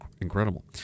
incredible